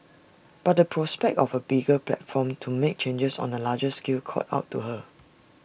but the prospect of A bigger platform to make changes on A larger scale called out to her